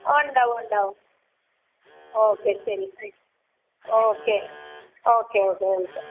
ഉണ്ടാകും ഉണ്ടാകും മ് ഓക്കെ ശരി മ് ഓക്കെ ഓക്കെ ഓക്കെ വിളിക്കാം